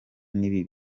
n’ibi